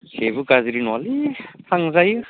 जेबो गाज्रि नङालै थांजायो